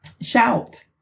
Shout